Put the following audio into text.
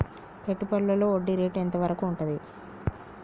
పెట్టుబడులలో వడ్డీ రేటు ఎంత వరకు ఉంటది?